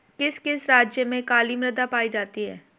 किस किस राज्य में काली मृदा पाई जाती है?